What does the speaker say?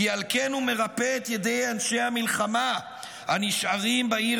כי על כן הוא מרפא את ידי אנשי המלחמה הנשארים בעיר